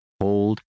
Hold